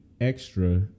extra